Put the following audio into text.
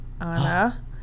Anna